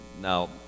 Now